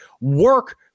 work